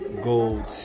gold